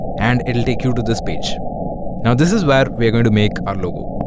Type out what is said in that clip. and it'll take you to this page now this is where we are going to make our logo